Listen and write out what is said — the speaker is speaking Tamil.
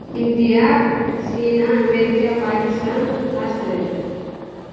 India China America Pakistan Australia